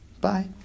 Bye